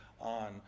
on